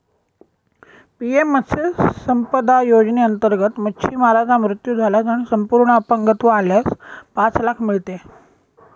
PM मत्स्य संपदा योजनेअंतर्गत, मच्छीमाराचा मृत्यू झाल्यास आणि संपूर्ण अपंगत्व आल्यास पाच लाख मिळते